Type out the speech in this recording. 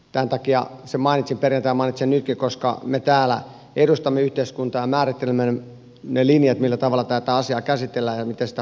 tämän takia sen mainitsin perjantaina ja mainitsen nytkin koska me täällä edustamme yhteiskuntaa ja määrittelemme ne linjat millä tavalla tätä asiaa käsitellään ja miten sitä hoidetaan